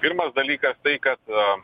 pirmas dalykas tai kad